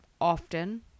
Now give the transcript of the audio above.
often